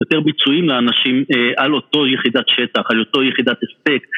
יותר ביצועים לאנשים על אותו יחידת שטח, על אותו יחידת הספק